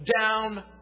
down